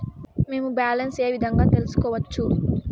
మేము బ్యాలెన్స్ ఏ విధంగా తెలుసుకోవచ్చు?